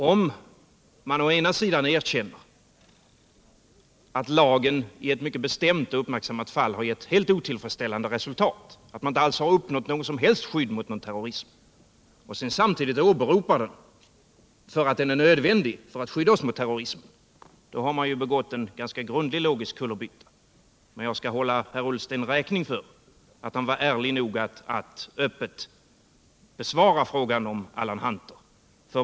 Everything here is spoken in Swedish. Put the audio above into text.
Om man erkänner att lagen i ett mycket bestämt och uppmärksammat fall har gett helt otillfredsställande resultat, att man inte har något som helst skydd mot någon terrorism, och samtidigt åberopar att den är nödvändig för att skydda oss mot terrorismen, då har man ju begått en ganska grundlig logisk kullerbytta. Men jag skall hålla herr Ullsten räkning för att han var ärlig nog att öppet besvara frågan om Alan Hunter.